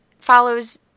follows